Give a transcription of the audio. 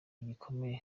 gikomeye